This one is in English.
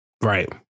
Right